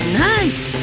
nice